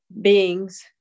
beings